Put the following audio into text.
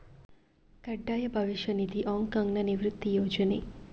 ಕಡ್ಡಾಯ ಭವಿಷ್ಯ ನಿಧಿ, ಹಾಂಗ್ ಕಾಂಗ್ನ ನಿವೃತ್ತಿ ಯೋಜನೆ